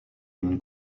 une